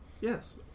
yes